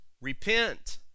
repent